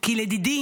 כי לדידי